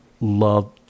love